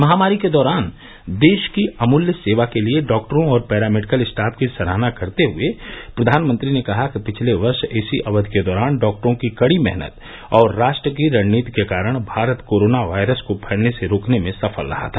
महामारी के दौरान देश की अमूल्य सेवा के लिए डॉक्टरों और पैरामेडिकल स्टॉफ की सराहना करते हुए प्रधानमंत्री ने कहा कि पिछले वर्ष इसी अवधि के दौरान डॉक्टरों की कड़ी मेहनत और राष्ट्र की रणनीति के कारण भारत कोरोना वायरस को फैलने से रोकने में सफल रहा था